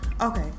Okay